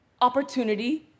opportunity